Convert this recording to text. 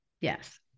Yes